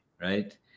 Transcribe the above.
right